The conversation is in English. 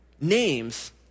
names